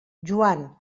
joan